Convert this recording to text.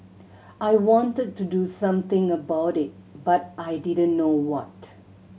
I wanted to do something about it but I didn't know what